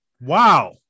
Wow